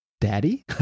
Daddy